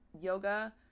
yoga